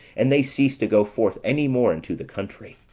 and they ceased to go forth any more into the country.